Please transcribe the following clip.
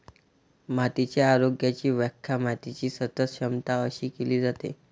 मातीच्या आरोग्याची व्याख्या मातीची सतत क्षमता अशी केली जाते